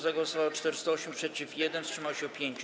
Za głosowało 408, przeciw - 1, wstrzymało się 5.